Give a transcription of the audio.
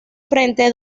frente